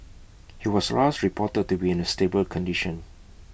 he was last reported to be in A stable condition